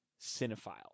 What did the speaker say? cinephile